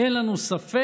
אין לנו ספק